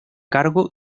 cargo